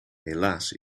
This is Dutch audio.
helaas